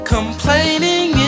Complaining